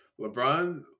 LeBron